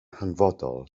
hanfodol